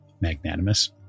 magnanimous